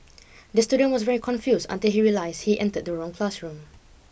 the student was very confused until he realised he entered the wrong classroom